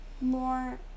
more